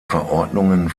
verordnungen